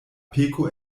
peko